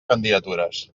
candidatures